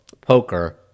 Poker